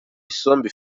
isombe